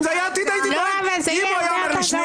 זה יהיה הרבה יותר גרוע.